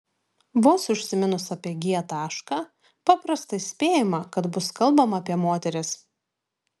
vos užsiminus apie g tašką paprastai spėjama kad bus kalbama apie moteris